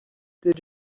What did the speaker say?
did